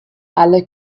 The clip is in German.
alle